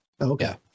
Okay